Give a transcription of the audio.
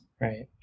right